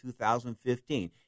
2015